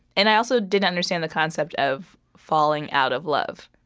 and i also didn't understand the concept of falling out of love,